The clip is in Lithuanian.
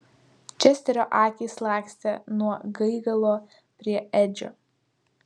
česterio akys lakstė nuo gaigalo prie edžio